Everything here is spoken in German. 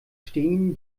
stehen